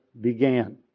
began